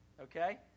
okay